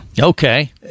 Okay